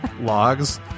logs